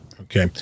Okay